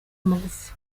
amagufa